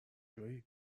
جویی